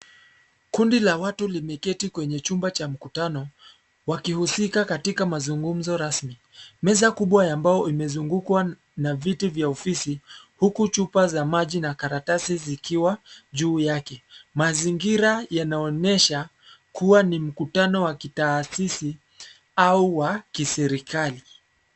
Kundi la watu limeketi kwenye chumba cha mkutano wakihusika katika mazungumzo rasmi. Meza kubwa ya mbao imezungukwa na viti vya ofisi, huku chupa za maji na karatasi zikiwa juu yake. Mazingira yanaonyesha kuwa ni mkutano wa kitaasisi au wa kiserikali.